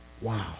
Wow